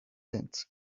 tents